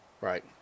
Right